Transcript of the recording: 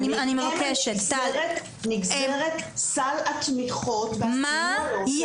אני מבקשת רויטל --- ומהם נגזרת סל התמיכות והסיוע לאותו